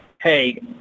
Hey